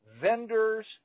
Vendors